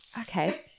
Okay